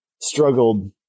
struggled